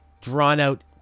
drawn-out